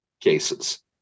cases